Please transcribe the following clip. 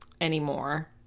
anymore